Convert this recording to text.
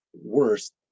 worst